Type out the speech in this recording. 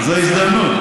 זו הזדמנות.